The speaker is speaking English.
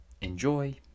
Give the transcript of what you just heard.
enjoy